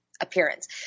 appearance